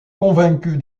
convaincue